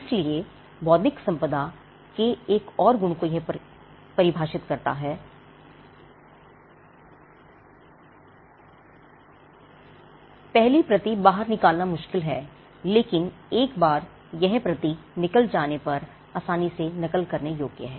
इसलिए यह बौद्धिक संपदा के एक और गुण को परिभाषित करता है पहली प्रति बाहर निकालना मुश्किल है लेकिन एक बार पहली प्रति निकल जाने पर यह आसानी से नकल करने योग्य है